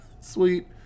sweet